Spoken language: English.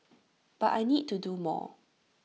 but I need to do more